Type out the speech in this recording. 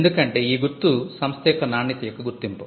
ఎందుకంటే ఈ గుర్తు సంస్థ యొక్క నాణ్యత యొక్క గుర్తింపు